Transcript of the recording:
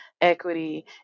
equity